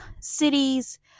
cities